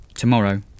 Tomorrow